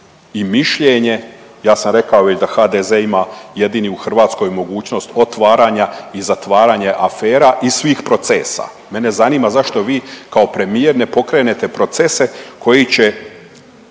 i mišljenje. Ja sam rekao već da HDZ ima jedini u Hrvatskoj mogućnost otvaranja i zatvaranja afera i svih procesa. Mene zanima zašto vi kao premijer ne pokrenete procese koji će